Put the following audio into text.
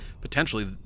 potentially